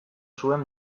zuen